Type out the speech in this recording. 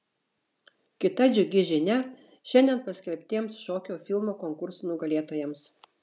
kita džiugi žinia šiandien paskelbtiems šokio filmų konkurso nugalėtojams